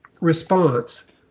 response